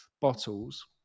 bottles